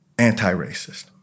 Anti-racist